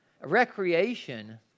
Recreation